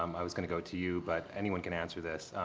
um i was going to go to you but anyone can answer this.